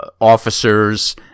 officers